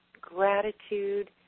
gratitude